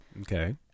Okay